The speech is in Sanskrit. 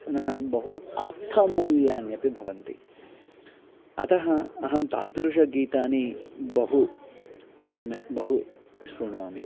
पुनः बहु अर्थमूल्यान्यपि भवन्ति अतः अहं तादृशगीतानि बहु सम्यक् बहु श्रुणोमि